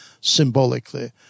symbolically